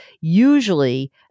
usually